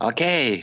Okay